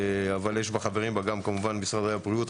אבל חברים בה גם משרד הבריאות,